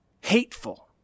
hateful